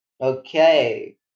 Okay